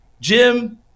Jim